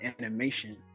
animation